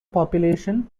population